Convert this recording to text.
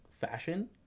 fashion